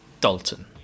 Dalton